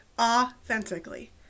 authentically